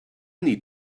need